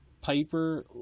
Piper